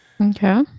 Okay